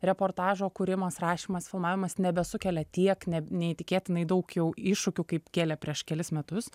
reportažo kūrimas rašymas filmavimas nebesukelia tiek ne neįtikėtinai daug jau iššūkių kaip kėlė prieš kelis metus